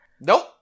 Nope